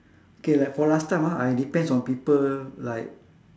K like for last time ah I depends on people like